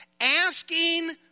Asking